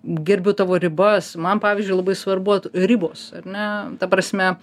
gerbiu tavo ribas man pavyzdžiui labai svarbu at ribos ar ne ta prasme